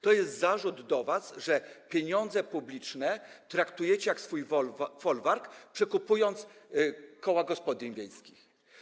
To jest zarzut wobec was, że pieniądze publiczne traktujecie jak swój folwark, przekupując koła gospodyń wiejskich.